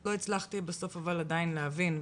לא הצלחתי בסוף עדיין להבין.